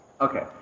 Okay